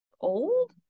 old